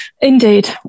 Indeed